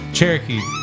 Cherokee